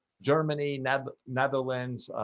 germany knab netherlands,